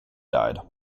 died